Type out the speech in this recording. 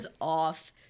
off